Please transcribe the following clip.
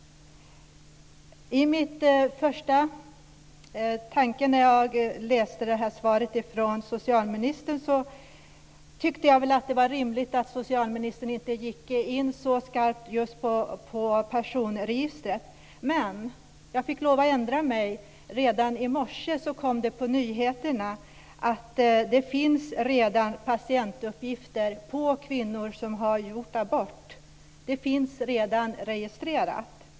Min första tanke när jag läste det här svaret från socialministern var att jag tyckte att det var rimligt att socialministern inte gick in så skarpt just på personregistret, men jag fick lov att ändra mig. I morse sade man på nyheterna att det redan finns patientuppgifter om kvinnor som har gjort abort. Det finns redan registrerat.